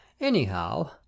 Anyhow